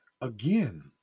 Again